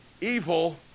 evil